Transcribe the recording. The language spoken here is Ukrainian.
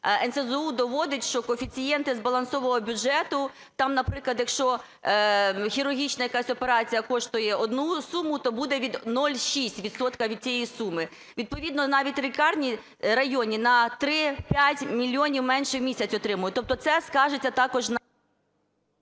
НСЗУ доводить, що коефіцієнти збалансового бюджету, там, наприклад, якщо хірургічна якась операція коштує одну суму, то буде 0,6 відсотка від тієї суми. Відповідно навіть лікарні районні на 3-5 мільйонів менше в місяць отримають. Тобто це скажеться також на…